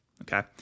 okay